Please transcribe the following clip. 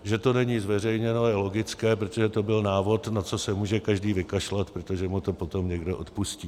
Že to není zveřejněno, je logické, protože to by byl návod, na co se může každý vykašlat, protože mu to potom někdo odpustí.